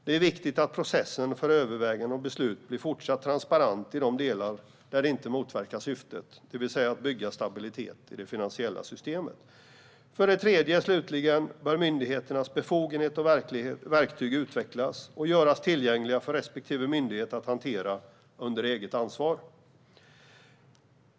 Det är viktigt att processen för överväganden och beslut blir fortsatt transparent i delar där det inte motverkar syftet, det vill säga att bygga stabilitet i det finansiella systemet. För det tredje bör myndigheternas befogenheter och verktyg utvecklas och göras tillgängliga för respektive myndighet att hantera under eget ansvar.